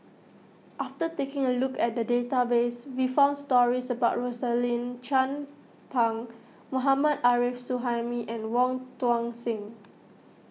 after taking a look at the database we found stories about Rosaline Chan Pang Mohammad Arif Suhaimi and Wong Tuang Seng